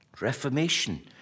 reformation